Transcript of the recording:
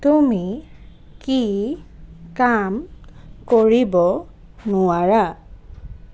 তুমি কি কাম কৰিব নোৱাৰা